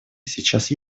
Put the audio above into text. сейчас